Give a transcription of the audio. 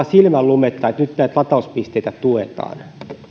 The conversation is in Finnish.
silmänlumetta että nyt näitä latauspisteitä tuetaan